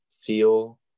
feel